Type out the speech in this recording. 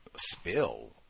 spill